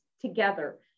together